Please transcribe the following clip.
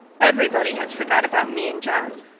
everybody has forgot about me and john.